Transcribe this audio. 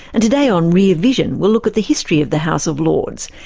and today on rear vision we'll look at the history of the house of lords,